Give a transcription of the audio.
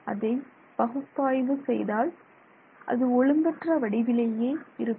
அதை பகுப்பாய்வு செய்தால் அது ஒழுங்கற்ற வடிவிலேயே இருக்கும்